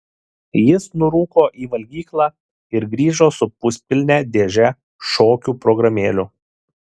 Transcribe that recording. jis nurūko į valgyklą ir grįžo su puspilne dėže šokių programėlių